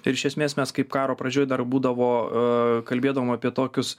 ir iš esmės mes kaip karo pradžioj dar būdavo kalbėdavom apie tokius